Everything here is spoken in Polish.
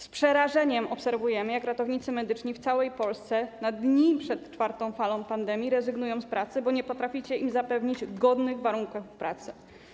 Z przerażeniem obserwujemy, jak ratownicy medyczni w całej Polsce na dni przed czwartą falą pandemii rezygnują z pracy, bo nie potraficie im zapewnić godnych warunków pracy.